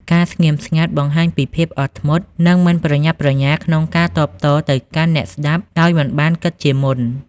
ការស្ងៀមស្ងាត់ បង្ហាញពីភាពអត់ធ្មត់ និងមិនប្រញាប់ប្រញាល់ក្នុងការតបតទៅកាន់អ្នកស្តាប់ដោយមិនបានគិតជាមុន។